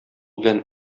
белән